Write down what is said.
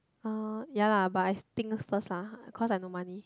oh ya lah but I think first lah cause I no money